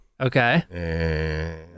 Okay